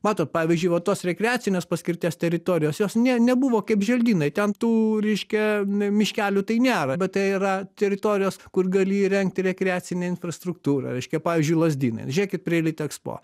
matot pavyzdžiui va tos rekreacinės paskirties teritorijos jos ne nebuvo kaip želdynai ten tų reiškia mi miškelių tai nėra bet tai yra teritorijos kur gali įrengti rekreacinę infrastruktūrą reiškia pavyzdžiui lazdynai žiūrėkit prie litexpo